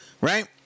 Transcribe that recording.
right